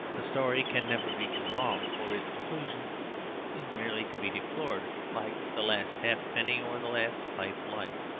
a story can never be too long, for its conclusion is merely to be deplored, like the last halfpenny or the last pipelight.